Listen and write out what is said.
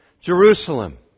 Jerusalem